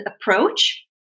approach